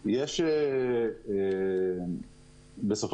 דבריו של סער.